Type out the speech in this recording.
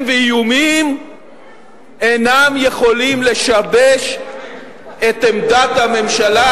ואיומים אינם יכולים לשבש את עמדת הממשלה,